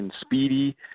Speedy